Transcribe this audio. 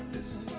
this